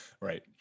right